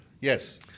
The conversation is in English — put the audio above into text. Yes